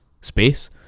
space